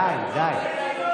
די, די.